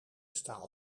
staal